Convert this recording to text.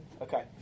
okay